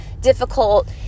difficult